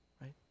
right